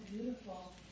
beautiful